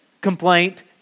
complaint